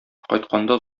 кайтканда